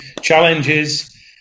challenges